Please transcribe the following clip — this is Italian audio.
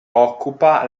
occupa